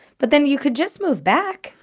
but then you could just move back.